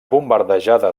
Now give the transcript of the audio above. bombardejada